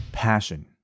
passion